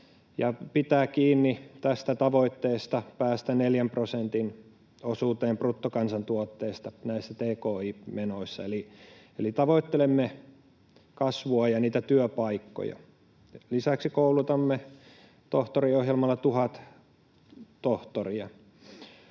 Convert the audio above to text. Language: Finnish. ja pitää kiinni tavoitteesta päästä neljän prosentin osuuteen bruttokansantuotteesta tki-menoissa. Eli tavoittelemme kasvua ja työpaikkoja. Lisäksi koulutamme tohtoriohjelmalla tuhat tohtoria.